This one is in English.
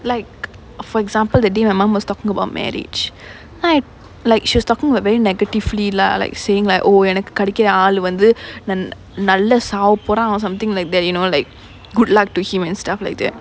like for example that day my mum was talking about marriage I like she was talking about very negatively lah like saying like oh எனக்கு கெடைக்குற ஆளு வந்து நல்லா சாவப்போறான்:enakku kedaikkura aalu vanthu nallaa saavapporaan something like that you know like good luck to him and stuff like that